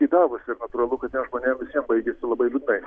įdavus ir natūralu kad na žmonėm visiem baigėsi labai liūdnai